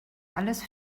alles